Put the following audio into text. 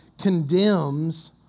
condemns